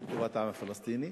לטובת העם הפלסטיני.